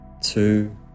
two